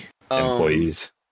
employees